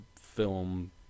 film